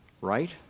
Right